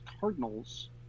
Cardinals